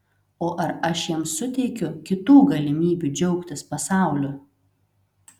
o ar aš jam suteikiu kitų galimybių džiaugtis pasauliu